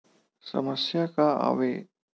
समस्या का आवे?